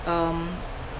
um